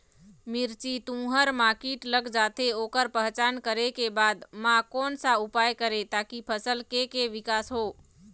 मिर्ची, तुंहर मा कीट लग जाथे ओकर पहचान करें के बाद मा कोन सा उपाय करें ताकि फसल के के विकास हो?